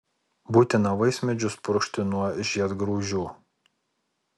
būtina vaismedžius purkšti nuo žiedgraužių